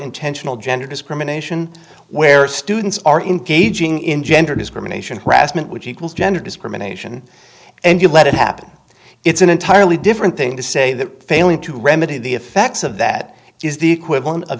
intentional gender discrimination where students are engaging in gender discrimination harassment which equals gender discrimination and you let it happen it's an entirely different thing to say that failing to remedy the effects of that is the equivalent of